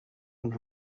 and